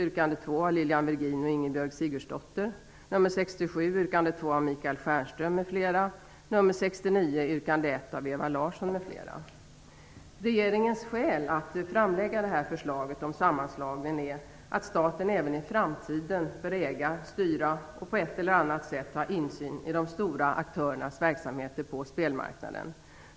Regeringens skäl för att framlägga förslaget om sammanslagningen är att staten även i framtiden bör äga, styra och på ett eller annat sätt ha insyn i de stora aktörernas verksamhet på spelmarknaden.